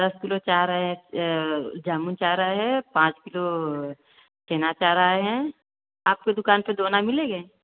दस किलो चाह रहे हैं जामुन चाह रहे है पाँच किलो छेना चाह रहे हैं आपकी दुकान से दोना मिलेंगे